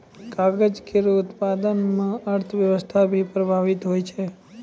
कागज केरो उत्पादन म अर्थव्यवस्था भी प्रभावित होय छै